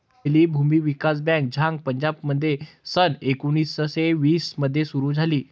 पहिली भूमी विकास बँक झांग पंजाबमध्ये सन एकोणीसशे वीस मध्ये सुरू झाली